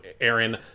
aaron